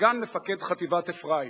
סגן מפקד חטיבת אפרים.